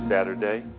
Saturday